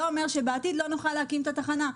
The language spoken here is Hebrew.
לא אומר שבעתיד לא נוכל להקים את התחנה.